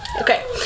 Okay